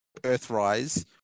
Earthrise